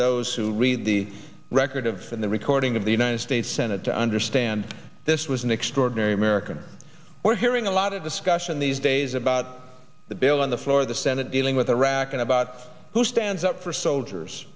those who read the record of the recording of the united states senate to understand this was an extraordinary american we're hearing a lot of discussion these days about the bill on the floor of the senate dealing with iraq and about who stands up for soldiers